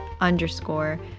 underscore